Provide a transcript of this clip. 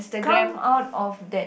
come out of that